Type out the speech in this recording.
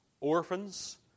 orphans